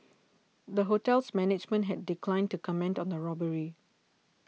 the hotel's management has declined to comment on the robbery